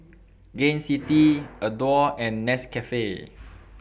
Gain City Adore and Nescafe